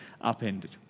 upended